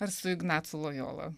ir su ignacu lojola